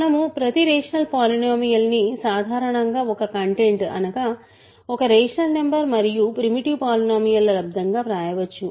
మనము ప్రతి rational polynomial ని సాధారణంగా ఒక కంటెంట్ అనగా ఒక రేషనల్ నంబర్ మరియు ప్రిమిటివ్ పాలినోమియల్ ల లబ్దంగా వ్రాయవచ్చు